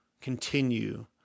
continue